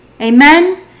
Amen